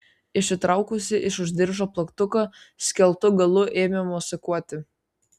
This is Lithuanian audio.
išsitraukusi iš už diržo plaktuką skeltu galu ėmė mosikuoti